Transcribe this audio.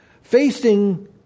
facing